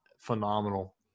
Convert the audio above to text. phenomenal